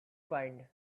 find